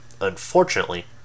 Unfortunately